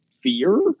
fear